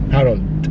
Harold